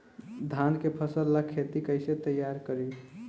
धान के फ़सल ला खेती कइसे तैयार करी?